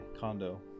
condo